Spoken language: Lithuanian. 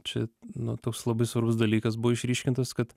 čia nu toks labai svarbus dalykas buvo išryškintas kad